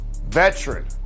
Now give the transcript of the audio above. veteran